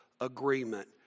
agreement